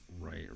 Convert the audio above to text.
right